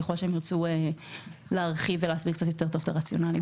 ככל שהם ירצו להרחיב ולהסביר קצת יותר טוב את הרציונל.